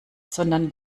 sondern